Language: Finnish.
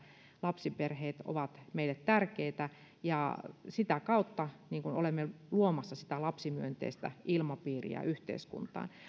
lapsiperheet ovat meille tärkeitä ja sitä kautta olemme luomassa sitä lapsimyönteistä ilmapiiriä yhteiskuntaan